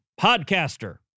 podcaster